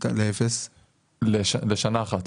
לשנה אחת,